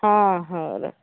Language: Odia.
ହଁ ହଉ ରଖ